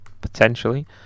potentially